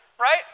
Right